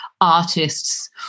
artists